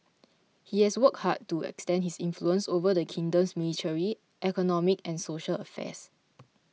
he has worked hard to extend his influence over the kingdom's military economic and social affairs